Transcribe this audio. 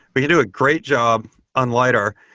we can do a great job on lidar,